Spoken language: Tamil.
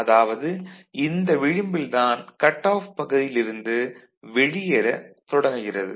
அதாவது இந்த விளிம்பில் தான் கட் ஆஃப் பகுதியிலிருந்து வெளியேற தொடங்குகிறது